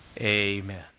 Amen